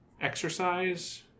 exercise